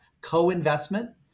co-investment